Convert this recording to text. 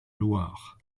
loir